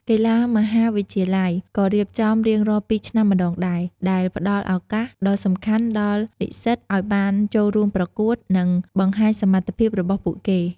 កីឡាមហាវិទ្យាល័យ ក៏ រៀបចំរៀងរាល់ ២ ឆ្នាំម្ដង ដែរ ដែលផ្ដល់ ឱកាស ដ៏សំខាន់ដល់ និស្សិត ឲ្យបាន ចូលរួមប្រកួត និង បង្ហាញសមត្ថភាព របស់ពួកគេ។